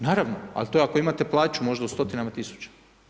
Naravno, ali to je ako imate plaću, možda u stotinama tisuća.